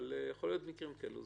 אבל יכולים להיות מקרים כאלה.